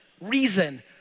reason